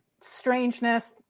strangeness